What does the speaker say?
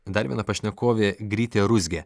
dar viena pašnekovė grytė ruzgė